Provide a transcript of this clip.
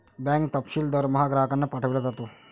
bank तपशील दरमहा ग्राहकांना पाठविला जातो